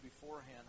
beforehand